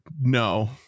no